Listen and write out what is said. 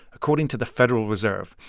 according to the federal reserve.